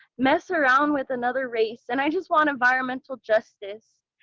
mess around with another race. and i just want environmental justice.